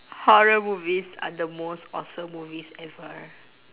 horror movies are the most awesome movies ever